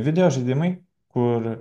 videožaidimai kur